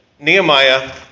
Nehemiah